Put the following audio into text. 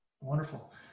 Wonderful